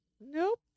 Nope